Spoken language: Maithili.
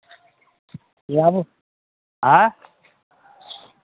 आबू आँय